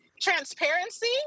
transparency